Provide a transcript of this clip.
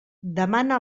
demana